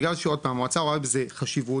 בגלל שעוד פעם המועצה רואה בזה חשיבות